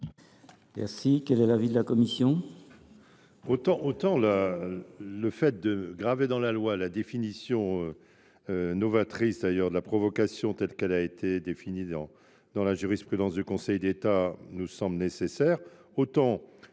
réunion. Quel est l’avis de la commission ?